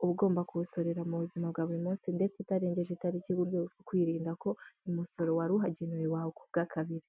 uba ugomba kuwusorera mu buzima bwa buri munsi ndetse utarengeje itariki rwo kwirinda ko uyu musoro wari uhagenewe wakubwa kabiri.